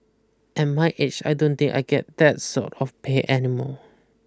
and my age I don't think I can get that sort of pay any more